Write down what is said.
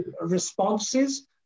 responses